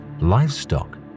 livestock